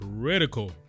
critical